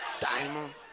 diamond